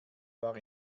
war